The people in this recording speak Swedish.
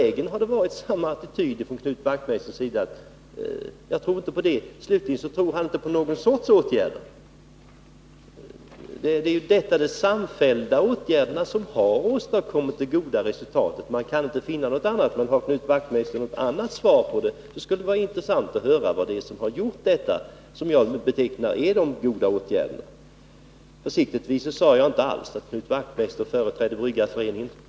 Hela vägen har det varit samma attityd från Knut Wachtmeisters sida — jag tror inte på det och jag tror inte på det. Slutligen tror Knut Wachtmeister inte på någon sorts åtgärder. Men det är ju de samfällda åtgärderna som har åstadkommit de goda resultaten. Man kan inte finna något annat. Men har Knut Wachtmeister ett annat svar skulle det vara intressant att höra vad det är som åstadkommit det som nu betecknas som de goda resultaten. Försiktigtvis sade jag inte alls att Knut Wachtmeister företrädde Bryggareföreningen.